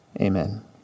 amen